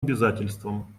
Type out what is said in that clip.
обязательствам